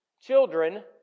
children